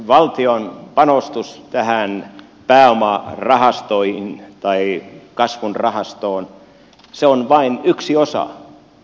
valtion panostus näihin pääomarahastoihin tai kasvurahastoon on vain yksi osa